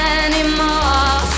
anymore